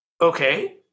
Okay